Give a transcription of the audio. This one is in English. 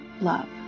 love